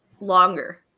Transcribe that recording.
longer